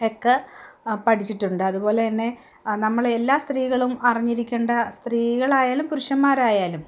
ഒക്കെ പഠിച്ചിട്ടുണ്ട് അതുപോലെ തന്നെ നമ്മൾ എല്ലാ സ്ത്രീകളും അറിഞ്ഞിരിക്കേണ്ട സ്ത്രീകളായാലും പുരുഷന്മാരായാലും